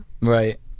right